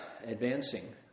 advancing